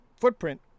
footprint